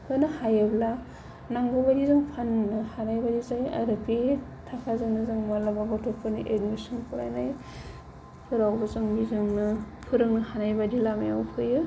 होनो हायोब्ला नांगौबायदि जों फाननो हानाय बादि जायो आरो बे थाखाजोंनो जों माब्लाबा गथ'फोरनि एडमिसन फरायनायफोरावबो जों बेजोंनो फोरोंनो हानाय बायदि लामायाव फैयो